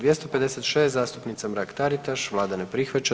256. zastupnica Mrak Taritaš, Vlada ne prihvaća.